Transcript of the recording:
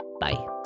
Bye